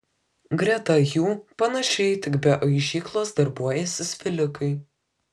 greta jų panašiai tik be aižyklos darbuojasi svilikai